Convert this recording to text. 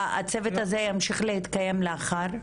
הצוות הזה ימשיך להתקיים לאחר מכן?